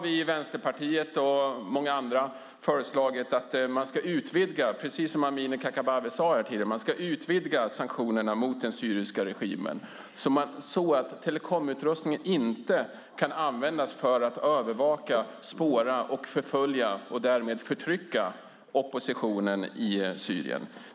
Vi i Vänsterpartiet och många andra har föreslagit att man ska utvidga sanktionerna mot den syriska regimen, precis som Amineh Kakabaveh sade, så att telekomutrustning inte kan användas för att övervaka, spåra och förfölja och därmed förtrycka oppositionen i Syrien.